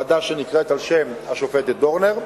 ועדה שנקראת על שם השופטת דורנר.